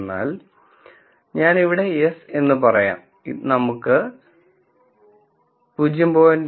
അതിനാൽ ഞാൻ ഇവിടെ yes എന്ന് പറയാം നമുക്ക് 0